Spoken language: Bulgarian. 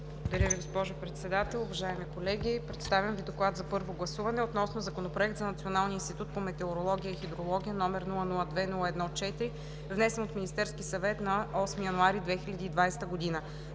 Благодаря Ви, госпожо Председател. Уважаеми колеги, представям Ви: „ДОКЛАД за първо гласуване относно Законопроект за Националния институт по метеорология и хидрология, № 002-01-4, внесен от Министерския съвет на 8 януари 2020 г.